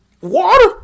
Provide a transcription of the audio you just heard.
Water